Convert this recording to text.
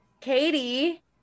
Katie